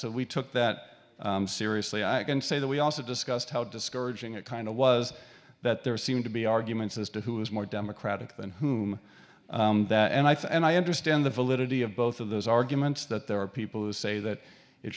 so we took that seriously i can say that we also discussed how discouraging it kind of was that there seemed to be arguments as to who was more democratic than whom and i think i understand the validity of both of those arguments that there are people who say that it